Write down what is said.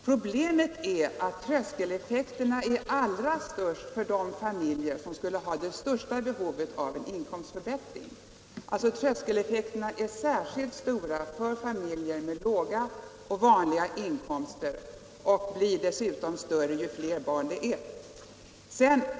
Problemet är att tröskeleffekterna är allra störst för de familjer som skulle ha det största behovet av en inkomstförbättring, alltså familjer med låga och vanliga inkomster. Tröskeleffekterna blir dessutom större ju fler barn det är i familjen.